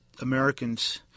Americans –